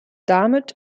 damit